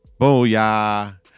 Booyah